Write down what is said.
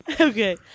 Okay